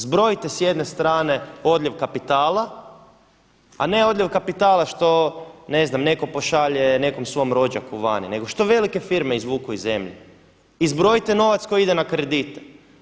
Zbrojite s jedne strane odljev kapitala a ne odljev kapitala što ne znam netko pošalje nekom svom rođaku vani nego što velike firme izvuku iz zemlje i zbrojite novac koji ide na kredite.